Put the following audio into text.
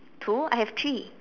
two I have three